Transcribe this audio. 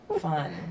fun